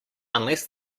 unless